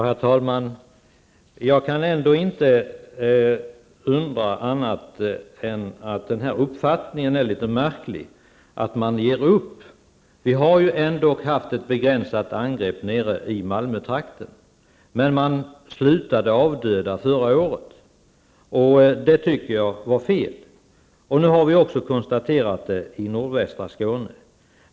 Herr talman! Jag kan ändå inte tycka annat än att det är litet märkligt att man ger upp. Vi har haft ett begränsat angrepp i Malmötrakten, men man slutade att avdöda förra året. Det tycker jag var fel. Nu har vi konstaterat ett angrepp också i nordvästra Skåne.